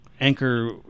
anchor